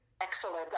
excellent